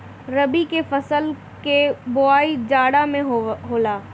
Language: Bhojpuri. रबी के फसल कअ बोआई जाड़ा में होला